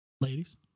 Ladies